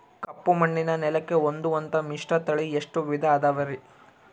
ಕಪ್ಪುಮಣ್ಣಿನ ನೆಲಕ್ಕೆ ಹೊಂದುವಂಥ ಮಿಶ್ರತಳಿ ಎಷ್ಟು ವಿಧ ಅದವರಿ?